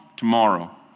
tomorrow